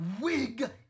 wig